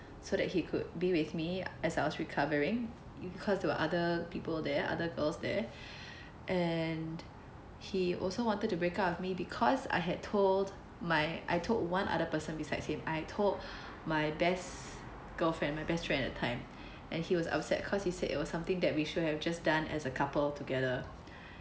so that he could be with me as I was recovering because there were other people there other girls there and he also wanted to break up with me because I had told my I told one other person besides him I told my best girl friend my best friend at the time and he was upset cause he said it was something that we should have just done as a couple together